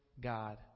God